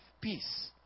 peace